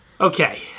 okay